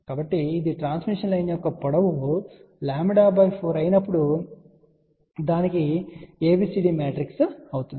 కాబట్టి ఇది transmission line యొక్క పొడవు λ4 అయినప్పుడు దానికి ABCD మ్యాట్రిక్స్ అవుతుంది